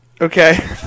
Okay